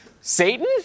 Satan